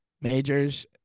majors